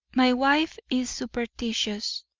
my wife is superstitious.